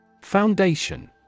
Foundation